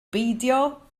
beidio